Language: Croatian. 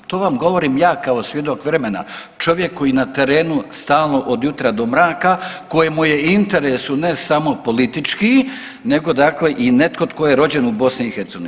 To vam govorim ja kao svjedok vremena, čovjek je na terenu stalno od jutra do mraka, kojemu je u interesu ne samo politički nego dakle i netko tko je rođen i BiH.